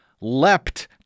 leapt